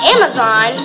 Amazon